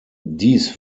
dies